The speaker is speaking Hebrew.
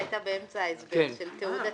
תיעוד עצמי,